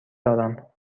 دارم